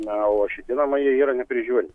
na o šitie namai jie yra neprižiūri